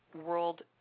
world